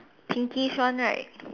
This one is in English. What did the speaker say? pinkish one right